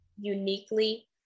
uniquely